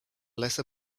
lesser